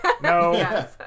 no